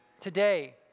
Today